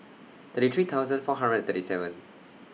thirty three thousand four hundred thirty seven